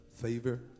favor